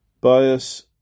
Bias